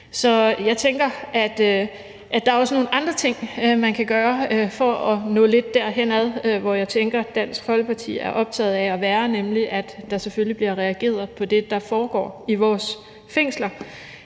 Så jeg tænker, at der også er nogle andre ting, som man kan gøre for at nå lidt derhenad, hvor jeg tænker at Dansk Folkeparti er optaget af at komme hen, nemlig at der selvfølgelig bliver reageret på det, der foregår i vores fængsler.